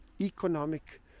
economic